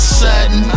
sudden